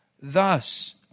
thus